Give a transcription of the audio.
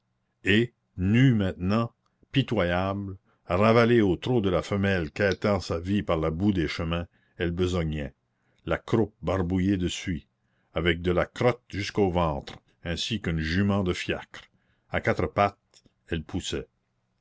et nue maintenant pitoyable ravalée au trot de la femelle quêtant sa vie par la boue des chemins elle besognait la croupe barbouillée de suie avec de la crotte jusqu'au ventre ainsi qu'une jument de fiacre a quatre pattes elle poussait